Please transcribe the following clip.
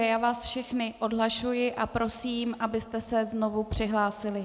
Já vás všechny odhlašuji a prosím, abyste se znovu přihlásili.